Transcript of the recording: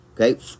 okay